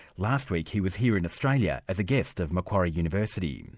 last week he was here in australia as a guest of macquarie university.